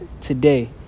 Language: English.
today